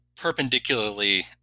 Perpendicularly